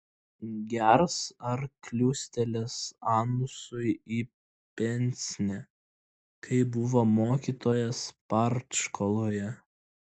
gers ar kliūstelės anusui į pensnė kaip buvo mokytas partškoloje